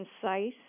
concise